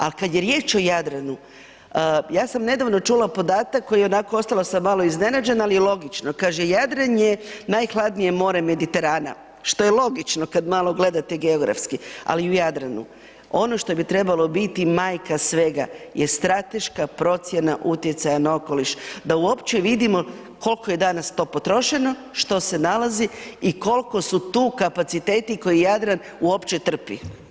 A kad je riječ o Jadranu, ja sam nedavno čula podatak koji onako, ostala sam malo iznenađena, al je logično, kaže Jadran je najhladnije more Mediterana, što je logično kad malo gledate geografski, al u Jadranu ono što bi trebalo biti majka svega je strateška procjena utjecaja na okoliš, da uopće vidimo kolko je danas to potrošeno, što se nalazi i kolko su tu kapaciteti koje Jadran uopće trpi.